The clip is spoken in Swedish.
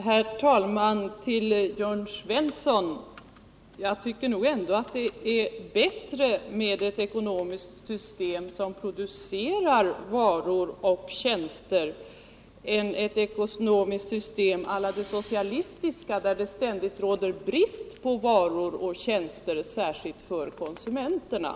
Herr talman! Till Jörn Svensson: Jag tycker nog ändå att det är bättre att ha ett ekonomiskt system som producerar varor och tjänster än att ha ett ekonomiskt system å la det socialistiska, där det ständigt råder brist på varor och tjänster, särskilt för konsumenterna.